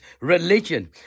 religion